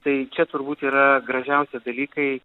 tai čia turbūt yra gražiausi dalykai